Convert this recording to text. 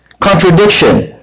contradiction